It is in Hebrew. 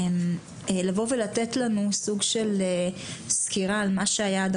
בעצם לבוא ולתת לנו סוג של סקירה על מה שהיה עד